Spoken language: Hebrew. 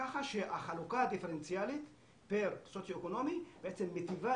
כך שהחלוקה הדיפרנציאלית פר סוציואקונומי מיטיבה,